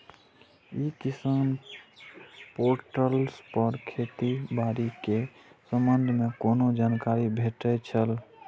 ई किसान पोर्टल पर खेती बाड़ी के संबंध में कोना जानकारी भेटय छल?